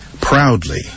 proudly